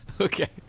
Okay